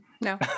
No